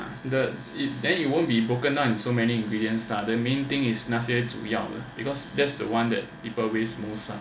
the it then you won't be broken down so many ingredients ah the main thing is 那些主要 lah because that's the one that people waste most lah